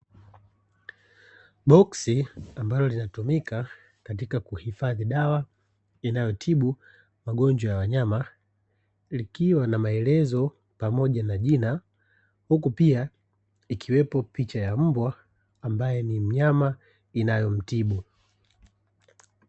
Boksi ambalo linalotumika katika kuhifadhi dawa inayotibu magonjwa ya wanyama, likiwa na maelezo pamoja na jina, huku pia ikiwepo picha ya mbwa ambaye ni mnyama inayomtibu.